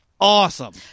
awesome